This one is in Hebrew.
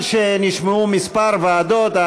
נשמעו כמה ועדות.